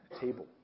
table